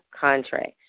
contracts